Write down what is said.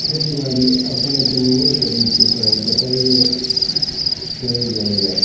खेतीबाड़ी अपने तऽ नहिये करै छी तहन बटाइयै करै जाइया